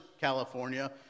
California